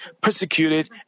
persecuted